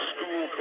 School